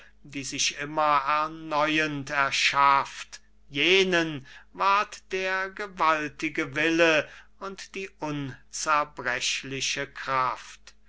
die sich immer erneuend erschafft jenen ward der gewaltige wille und die unzerbrechliche kraft